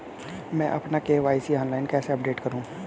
मैं अपना KYC online कैसे अपडेट करूँ?